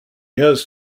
has